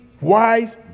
wise